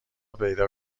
پیدا